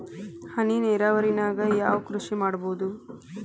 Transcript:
ಹನಿ ನೇರಾವರಿ ನಾಗ್ ಯಾವ್ ಕೃಷಿ ಮಾಡ್ಬೋದು?